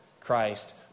Christ